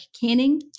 Canning